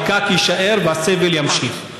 הפקק יישאר והסבל יימשך.